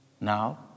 Now